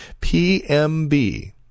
PMB